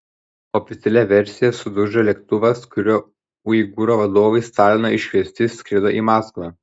oficialia versija sudužo lėktuvas kuriuo uigūrų vadovai stalino iškviesti skrido į maskvą